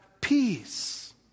peace